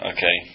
Okay